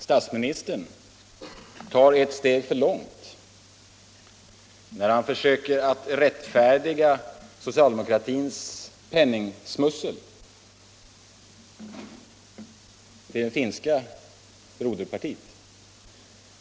Statsministern går ett steg för långt när han försöker rättfärdiga socialdemokratins penningsmussel till det finska broderpartiet.